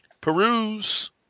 Peruse